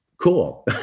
cool